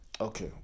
Okay